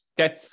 Okay